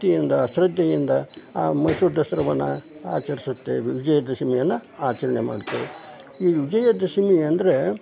ಭಕ್ತಿಯಿಂದ ಶ್ರದ್ಧೆಯಿಂದ ಆ ಮೈಸೂರು ದಸರಾವನ್ನ ಆಚರಿಸುತ್ತೇವೆ ವಿಜಯ ದಶಮಿಯನ್ನು ಆಚರಣೆ ಮಾಡ್ತೇವೆ ಈ ವಿಜಯದಶಮಿ ಅಂದರೆ